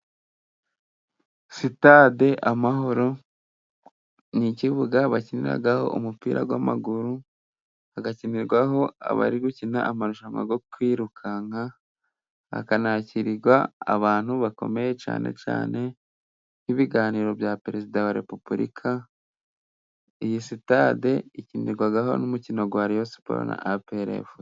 Sitade Amahoro ni ikibuga bakinaraho umupira w'amaguru, hagakinirwaho abari gukina amarushanwa yo kwirukanka, hakanakirirwa abantu bakomeye cyane cyane nk'ibiganiro bya perezida wa repubulika. Iyi sitade ikinirwaho n'umukino wa reyo siporo na aperi refuse.